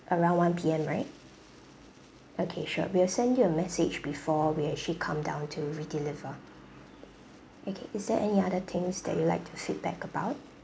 around one P_M right okay sure we will send you a message before we actually come down to redeliver okay is there any other things that you'd like to feedback about